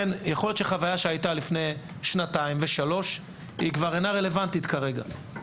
יכול להיות שחוויה שהייתה לפני שנתיים ושלוש כבר אינה רלוונטית כרגע.